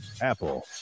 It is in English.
Apple